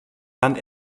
land